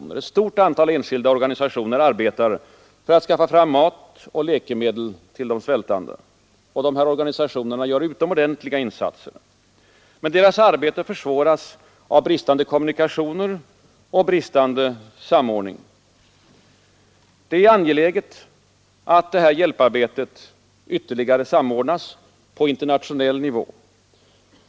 Ett stort antal enskilda organisationer arbetar för att skaffa fram mat och läkemedel till de svältande. Organisationerna gör utomordentliga insatser. Men deras arbete försvåras av bristande kommunikationer och bristande samordning. Det är angeläget att det här hjälparbetet ytterligare samordnas på internationell nivå.